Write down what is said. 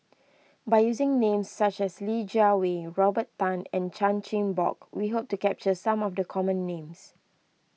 by using names such as Li Jiawei Robert Tan and Chan Chin Bock we hope to capture some of the common names